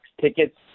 tickets